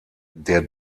der